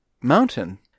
mountain